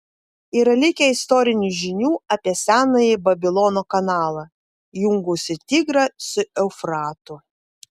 yra likę istorinių žinių apie senąjį babilono kanalą jungusį tigrą su eufratu